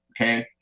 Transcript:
Okay